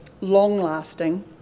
long-lasting